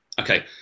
okay